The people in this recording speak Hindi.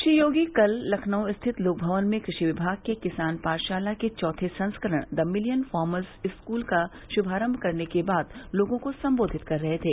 श्री योगी कल लखनऊ स्थित लोकभवन में कृषि विभाग के किसान पाठशाला के चौथे संस्करण द मिलियन फार्मर्स स्कूल का शुभारम्म करने के बाद लोगों को सम्बोधित कर रहे थे